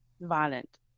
violent